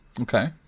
Okay